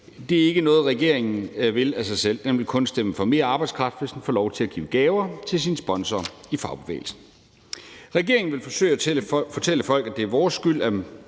Det er ikke noget, regeringen vil af sig selv, men man vil kun stemme for mere arbejdskraft, hvis man får lov til at give gaver til sine sponsorer i fagbevægelsen. Regeringen vil forsøge at fortælle folk, at det er vores skyld,